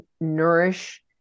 nourish